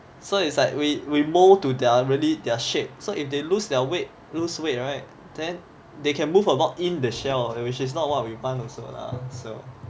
so it's like we we mould to their really their shape so if they lose their weight lose weight right then they can move about in the shell which is not what we've want also lah so